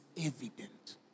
evident